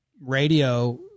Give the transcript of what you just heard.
radio